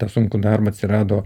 tą sunkų darbą atsirado